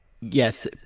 yes